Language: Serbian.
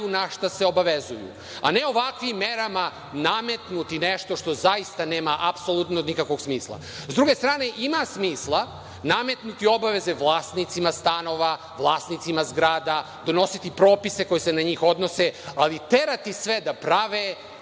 na šta se obavezuju, a ne ovakvim merama nametnuti nešto što zaista nema apsolutno nikakvog smisla.S druge strane, ima smisla nametnuti obaveze vlasnicima stanova, vlasnicima zgrada, donositi propise koji se na njih odnose. Ali, terati sve da prave